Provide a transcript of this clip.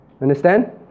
understand